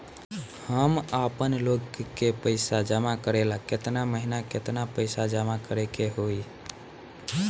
हम आपनलोन के पइसा जमा करेला केतना महीना केतना पइसा जमा करे के होई?